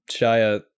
Shia